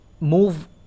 move